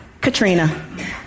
Katrina